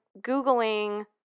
Googling